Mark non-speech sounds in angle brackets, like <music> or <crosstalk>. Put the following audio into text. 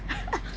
<laughs>